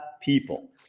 People